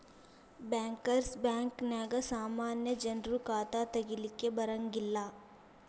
bankers ಬ್ಯಾಂಕ ನ್ಯಾಗ ಸಾಮಾನ್ಯ ಜನ್ರು ಖಾತಾ ತಗಿಲಿಕ್ಕೆ ಬರಂಗಿಲ್ಲಾ